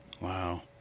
Wow